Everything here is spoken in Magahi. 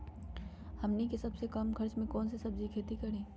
हमनी के सबसे कम खर्च में कौन से सब्जी के खेती करी?